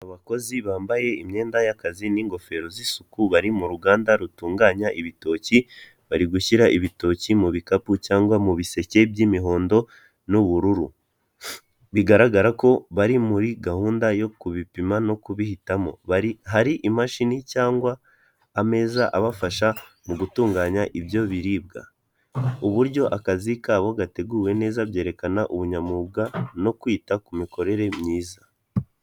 Abakozi bambaye imyenda y'akazi n'ingofero z'isuku bari mu ruganda rutunganya ibitoki bari gushyira ibitoki mu bikapu cyangwa mu biseke by'imihondo n'ubururu bigaragara ko bari muri gahunda yo kubipima no kubihitamo hari imashini cyangwa ameza abafasha mu gutunganya ibyo biribwa uburyo akazi kabo gateguwe neza byerekana ubunyamwuga no kwita ku mikorere myiza.